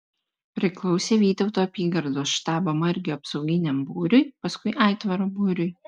priklausė vytauto apygardos štabo margio apsauginiam būriui paskui aitvaro būriui